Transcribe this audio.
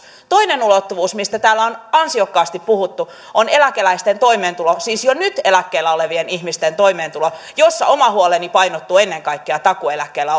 toinen ulottuvuus mistä täällä on ansiokkaasti puhuttu on eläkeläisten toimeentulo siis jo nyt eläkkeellä olevien ihmisten toimeentulo jossa oma huoleni painottuu ennen kaikkea takuueläkkeellä